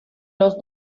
los